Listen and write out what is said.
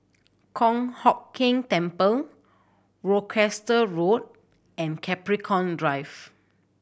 Kong Hock Keng Temple Worcester Road and Capricorn Drive